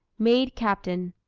made captain.